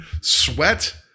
Sweat